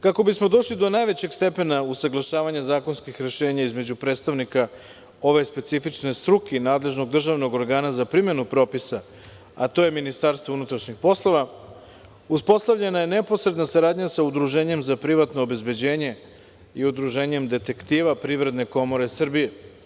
Kako bismo došli do najvećeg stepena usaglašavanja zakonskih rešenja između predstavnika ove specifične struke i nadležnog državnog organa za primenu propisa, a to je Ministarstvo unutrašnjih poslova, uspostavljena je neposredna saradnja sa Udruženjem za privatno obezbeđenje i Udruženjem detektiva Privredne komore Srbije.